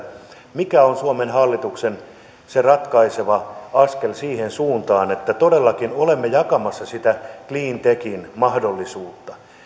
mikä on suomen hallituksen se ratkaiseva askel siihen suuntaan että todellakin olemme jakamassa sitä cleantechin mahdollisuutta